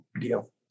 deal